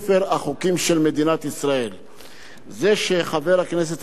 חבר הכנסת אמנון כהן פעל ועשה בעניין הזה,